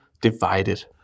divided